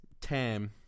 Tam